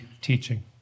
teaching